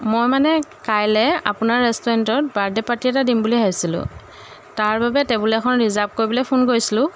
মই মানে কাইলৈ আপোনাৰ ৰেষ্টুৰেণ্টত বাৰ্থডে' পাৰ্টি এটা দিম বুলি ভাবিছিলোঁ তাৰ বাবে টেবুল এখন ৰিজাৰ্ভ কৰিবলৈ ফোন কৰিছিলোঁ